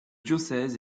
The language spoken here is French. diocèse